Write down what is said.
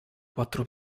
quattro